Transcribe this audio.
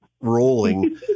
rolling